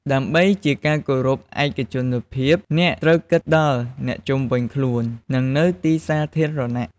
ដើម្បីជាការគោរពឯកជនភាព អ្នកត្រូវគិតដល់អ្នកជុំវិញខ្លួន និងនៅទីសាធារណៈ។